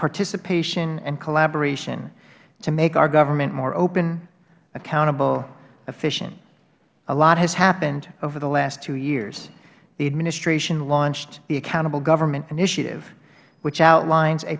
participation and collaboration to make our government more open accountable and efficient a lot has happened over the last two years the administration launched the accountable government initiative which outlines a